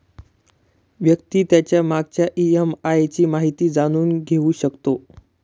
व्यक्ती त्याच्या मागच्या ई.एम.आय ची माहिती जाणून घेऊ शकतो